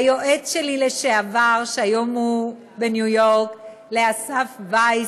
ליועץ שלי לשעבר, שהיום הוא בניו-יורק, אסף וייס,